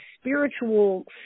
spiritual